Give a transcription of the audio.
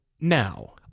Now